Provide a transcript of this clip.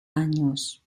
años